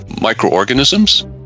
microorganisms